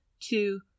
two